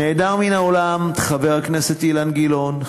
נעדרים מן האולם חבר הכנסת אילן גילאון,